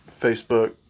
Facebook